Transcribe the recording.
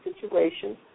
situation